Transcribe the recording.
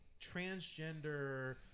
transgender